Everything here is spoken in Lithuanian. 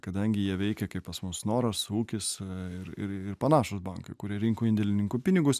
kadangi jie veikia kaip pas mus snoras ūkis ir ir ir panašūs bankai kurie rinko indėlininkų pinigus